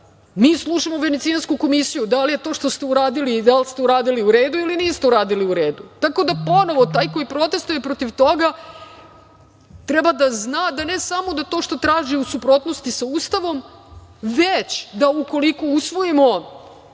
mi slušamo Venecijansku komisiju. Da li je to što ste uradili i da li ste uradili u redu ili niste uradili u redu. Tako da, ponovo, taj koji protestuje protiv toga treba da zna da ne samo da to što traži u suprotnosti sa Ustavom, već da ukoliko usvojimo,